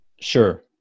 Sure